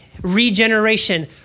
Regeneration